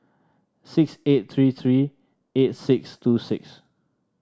six eight three three eight six two six